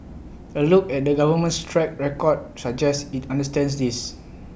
A look at the government's track record suggests IT understands this